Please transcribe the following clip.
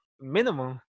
minimum